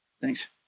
Thanks